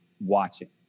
watching